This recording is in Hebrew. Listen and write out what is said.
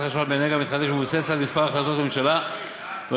חשמל מאנרגיה מתחדשת ומבוססת על כמה החלטות ממשלה בנושא,